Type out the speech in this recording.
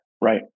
right